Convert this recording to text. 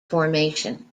formation